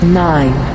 nine